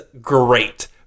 great